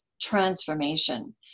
transformation